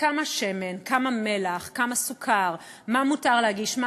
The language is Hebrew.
כמה שמן, כמה מלח, כמה סוכר, מה מותר להגיש, מה